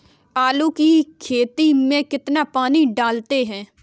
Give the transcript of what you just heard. आलू की खेती में कितना पानी लगाते हैं?